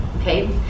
okay